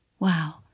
Wow